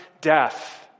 death